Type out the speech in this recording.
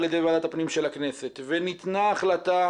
ידי ועדת הפנים של הכנסת וניתנה החלטה